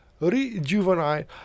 rejuvenate